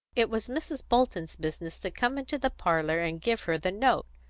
it was mrs. bolton's business to come into the parlour and give her the note,